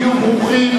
היו ברוכים,